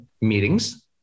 meetings